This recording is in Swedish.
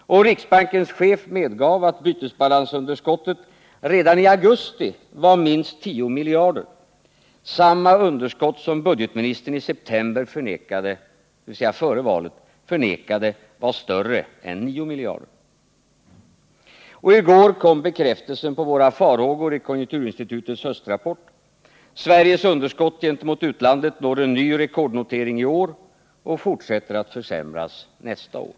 Riksbankens chef medgav att bytesbalansunderskottet redan i augusti var minst 10 miljarder — dvs. det underskott som budgetministern i september, före valet, förnekade var större än 9 miljarder. I går kom i konjunkturinstitutets höstrapport bekräftelsen på våra farhågor: Sveriges underskott gentemot utlandets når i år en ny rekordnotering och fortsätter att försämras nästa år.